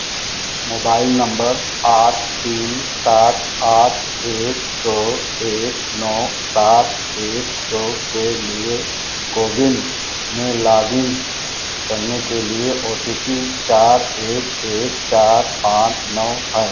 mobile number आठ तीन सात आठ एक दो एक नौ सात एक दो के लिए कोविन में लागइन करने के लिए ओ टी पी चार एक एक चार पाँच नौ है